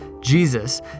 Jesus